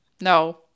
no